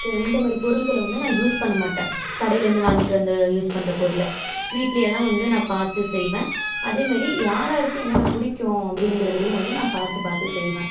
க அந்தமாதிரி பொருள்களை வந்து நான் யூஸ் பண்ணமாட்டேன் கடையிலேருந்து வாங்கிட்டு வந்து யூஸ் பண்ணுற பொருளை வீட்லேயே தான் வந்து நான் பார்த்து செய்வேன் அதேமாதிரி யார் யாருக்கு என்னென்ன பிடிக்கும் அப்படிங்கிறதுலையும் வந்து நான் பார்த்து பார்த்து செய்வேன்